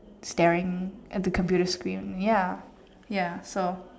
staring at the computer screen ya ya so